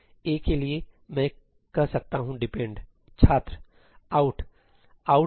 A के लिए मैं कह सकता हूं 'depend' छात्र आउट 'out A'